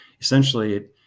essentially